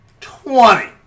twenty